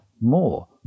more